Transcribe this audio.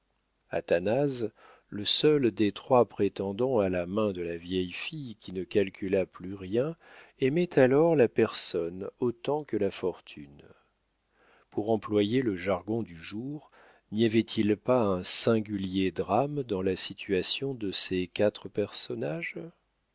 athanase le seul des trois prétendants à la main de la vieille fille qui ne calculât plus rien aimait alors la personne autant que la fortune pour employer le jargon du jour n'y avait-il pas un singulier drame dans la situation de ces quatre personnages